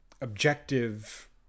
objective